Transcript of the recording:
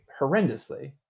horrendously